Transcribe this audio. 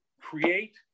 create